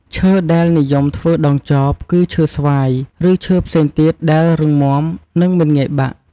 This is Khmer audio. ឈើដែលនិយមធ្វើដងចប គឺឈើស្វាយ ឬឈើផ្សេងទៀតដែលរឹងមាំ និងមិនងាយបាក់។